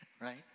Right